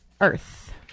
earth